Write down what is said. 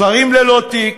שרים ללא תיק,